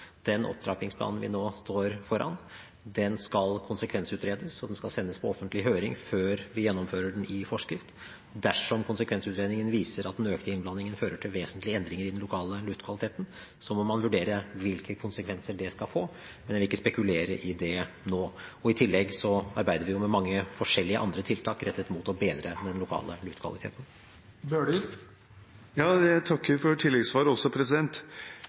den opptrappingsplanen vi nå står foran, skal konsekvensutredes, og den skal sendes på offentlig høring før vi gjennomfører den i forskrift. Dersom konsekvensutredningen viser at den økte innblandingen fører til vesentlige endringer i den lokale luftkvaliteten, må man vurdere hvilke konsekvenser det skal få. Jeg vil ikke spekulere i det nå. I tillegg arbeider vi med mange forskjellige andre tiltak rettet mot å bedre den lokale luftkvaliteten. Jeg takker for tilleggssvaret. Selv om ikke parallellen er fullstendig, er jeg litt bekymret for